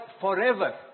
forever